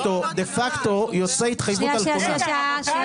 שנייה, שנייה.